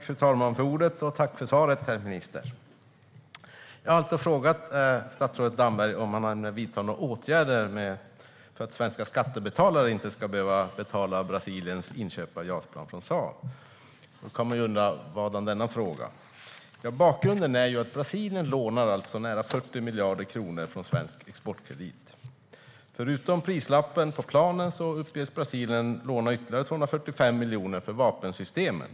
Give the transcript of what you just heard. Fru talman! Tack för svaret, herr minister! Jag har alltså frågat statsrådet Damberg om han ämnar vidta några åtgärder för att svenska skattebetalare inte ska behöva betala Brasiliens inköp av JAS-plan från Saab. Vadan denna fråga? Jo, bakgrunden är alltså att Brasilien lånar nära 40 miljarder kronor från Svensk Exportkredit. Förutom prislappen på planen uppges Brasilien låna ytterligare 245 miljoner dollar till vapensystemen.